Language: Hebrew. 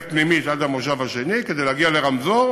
פנימית עד המושב השני כדי להגיע לרמזור,